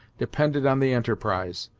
depended on the enterprise.